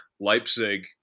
Leipzig